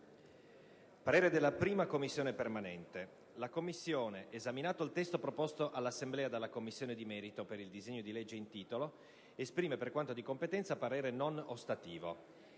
«La 1a Commissione permanente, esaminato il testo proposto all'Assemblea dalla Commissione di merito per il disegno di legge in titolo, esprime, per quanto di competenza, parere non ostativo.